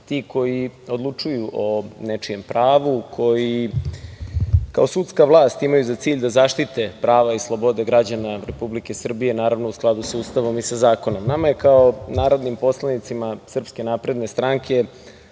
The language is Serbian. ti koji odlučuju o nečijem pravu, koji kao sudska vlast imaju za cilj da zaštite prava i slobode građana Republike Srbije, naravno, u skladu sa Ustavom i sa zakonom. Nama je, kao narodnim poslanicima SNS, zadovoljstvo